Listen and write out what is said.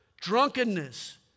drunkenness